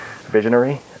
visionary